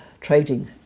trading